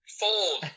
fold